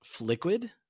liquid